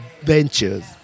Ventures